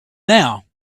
now